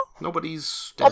Nobody's